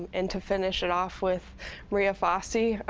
and and to finish it off with maria fassi,